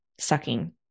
sucking